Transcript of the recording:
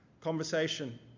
conversation